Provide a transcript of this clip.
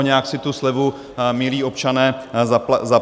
Nějak si tu slevu, milí občané, zaplaťte.